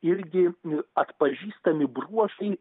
irgi i atpažįstami bruožai